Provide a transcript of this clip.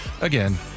again